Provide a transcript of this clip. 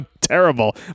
terrible